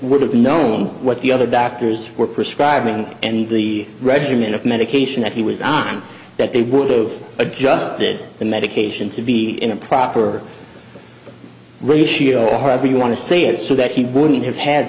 would have known what the other doctors were prescribing and the regimen of medication that he was on that they would give adjusted the medication to be in a proper ratio or however you want to say it so that he wouldn't ha